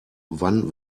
wann